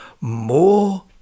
more